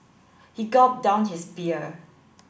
he gulped down his beer